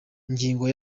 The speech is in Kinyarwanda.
ingingo